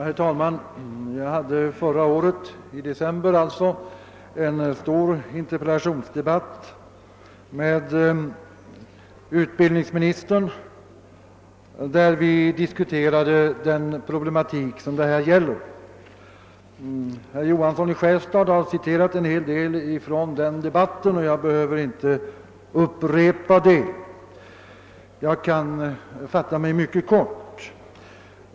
Herr talman! Jag hade i december förra året en lång interpellationsdebatt med utbildningsministern beträffande de problem som vi nu behandlar. Herr Johansson i Skärstad har citerat en hel del från den debatten, och jag kan därför fatta mig mycket kort.